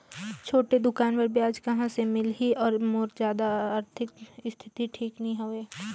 छोटे दुकान बर ब्याज कहा से मिल ही और मोर जादा आरथिक स्थिति ठीक नी हवे?